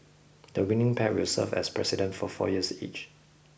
the winning pair will serve as President for four years each